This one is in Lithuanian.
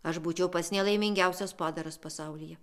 aš būčiau pats nelaimingiausias padaras pasaulyje